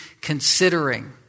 considering